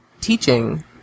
teaching